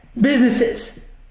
Businesses